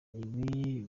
ibi